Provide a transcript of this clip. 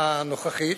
הנוכחית,